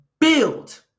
build